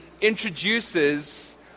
introduces